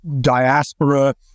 diaspora